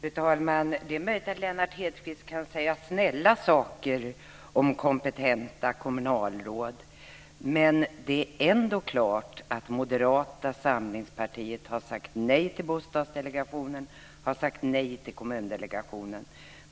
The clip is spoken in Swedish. Fru talman! Det är möjligt att Lennart Hedquist kan säga snälla saker om kompetenta kommunalråd. Men det är ändå klart att Moderata samlingspartiet har sagt nej till Bostadsdelegationen och nej till Kommundelegationen.